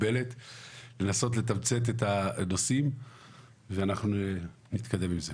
לנסות לתמצת את הנושאים ואנחנו נתקדם עם זה.